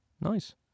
Nice